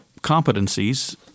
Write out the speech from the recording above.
competencies